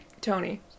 Tony